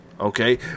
Okay